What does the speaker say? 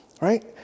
Right